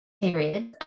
period